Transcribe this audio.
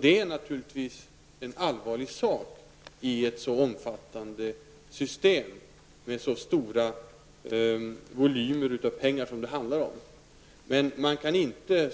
Det är naturligtvis en allvarlig sak i ett så omfattande system, med så stora volymer av pengar. Men man kan inte